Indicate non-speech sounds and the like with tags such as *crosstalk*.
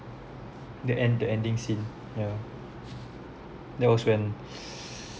the end the ending scene yeah that was when *breath*